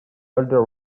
older